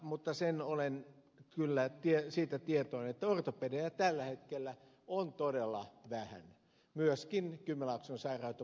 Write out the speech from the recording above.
mutta siitä olen kyllä tietoinen että ortopedejä tällä hetkellä on todella vähän myöskin kymenlaakson sairaanhoitopiirissä